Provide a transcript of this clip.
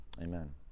amen